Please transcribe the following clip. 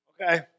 Okay